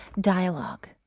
dialogue